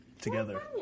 together